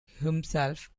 himself